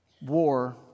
War